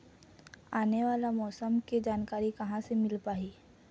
आने वाला मौसम के जानकारी कहां से मिल पाही?